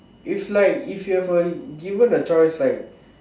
if like if you have a given a choice like